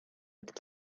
with